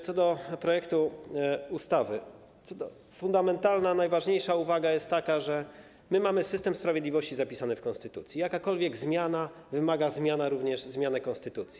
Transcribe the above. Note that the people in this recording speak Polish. Co do projektu ustawy, fundamentalna, najważniejsza uwaga jest taka, że my mamy system sprawiedliwości zapisany w konstytucji i jakakolwiek zmiana wymaga również zmiany konstytucji.